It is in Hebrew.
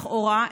לכאורה,